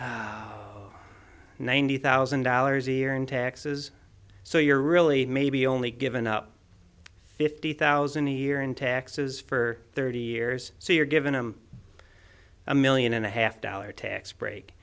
percent ninety thousand dollars a year in taxes so you're really maybe only given up fifty thousand a year in taxes for thirty years so you're giving him a million and a half dollar tax break